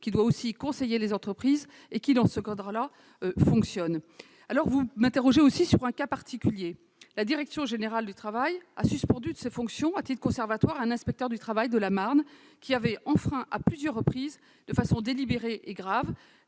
les salariés et conseiller les entreprises. C'est bien dans ce cadre que l'inspection du travail fonctionne. Vous m'interrogez aussi sur un cas particulier. La direction générale du travail a suspendu de ses fonctions à titre conservatoire un inspecteur du travail de la Marne, qui avait enfreint à plusieurs reprises et de façon délibérée et grave